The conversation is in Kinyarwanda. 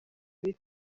ibi